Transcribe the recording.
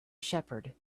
shepherd